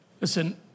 Listen